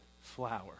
flower